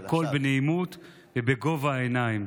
והכול בנעימות ובגובה העיניים.